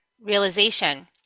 realization